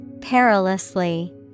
Perilously